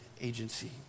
agency